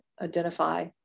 identify